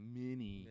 mini